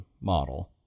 model